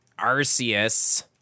Arceus